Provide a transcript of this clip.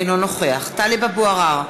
אינו נוכח טלב אבו עראר,